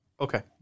Okay